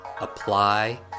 apply